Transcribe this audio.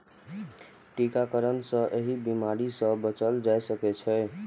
टीकाकरण सं एहि बीमारी सं बचल जा सकै छै